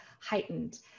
heightened